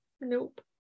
Nope